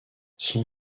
son